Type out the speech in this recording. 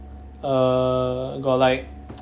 err got like